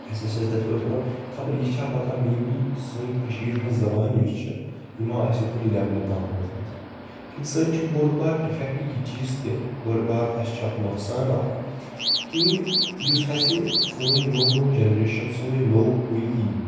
اسہِ آسہِ حظ تِتھ پٲٹھۍ تھومُت خَبر یہِ چھا پَتا مےٚ بی سٲنۍ کَشیٖر ہِنز زَبان یُس چھِ یہِ ما آسہِ ہا کُنہِ لیولہِ تام وٲژمٕژ امہِ سۭتۍ چھُ بوٚڈ بار ڈِفیکٹہٕ یہِ چیٖز تہِ بٔڑ بار اسہِ چھِ اَکھ نۄقصان اَکھ کہِ یُس اسہِ سٲنۍ نٔو نٔو جنریشن سٲنۍ نٔو پُے ای